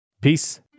Peace